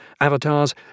avatars